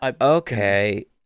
Okay